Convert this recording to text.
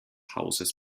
hauses